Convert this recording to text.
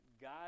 God